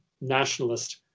nationalist